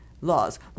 laws